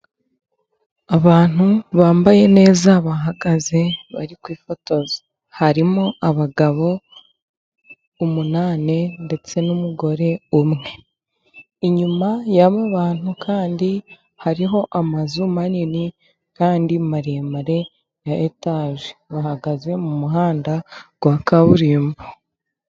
Abantu bambaye neza bahagaze bari kwifotoza, harimo: abagabo umunani, ndetse n' numugore umwe. Inyuma y'abo bantu kandi hariho amazu manini, kandi maremare ya etage. Bahagaze mu muhanda wa kaburimbo.